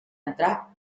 entrar